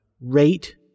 rate